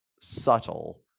subtle